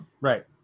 Right